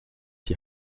die